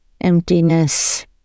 emptiness